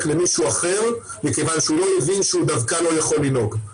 למישהו אחר כי הוא לא הבין שהוא לא יכול לנהוג.